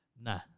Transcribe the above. Nah